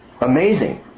Amazing